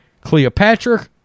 Cleopatra